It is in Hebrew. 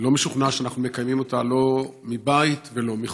לא משוכנע שאנחנו מקיימים אותה, לא מבית ולא מחוץ.